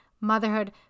motherhood